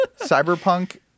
cyberpunk